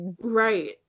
right